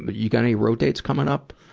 but you got any road dates coming up?